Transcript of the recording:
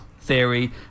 Theory